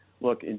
look